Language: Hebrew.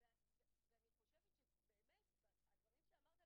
אני מתכבדת לפתוח את ועדת העבודה,